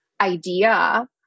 idea